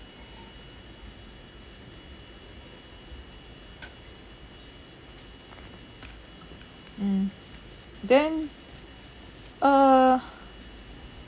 mm then uh